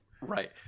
right